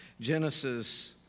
Genesis